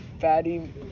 fatty